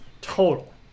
total